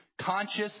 conscious